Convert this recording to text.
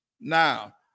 Now